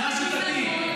שנאה שיטתית,